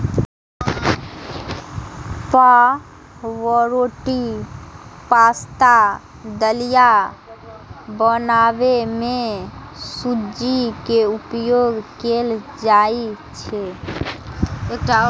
पावरोटी, पाश्ता, दलिया बनबै मे सूजी के उपयोग कैल जाइ छै